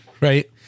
right